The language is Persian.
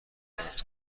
عوض